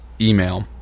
email